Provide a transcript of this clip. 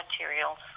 materials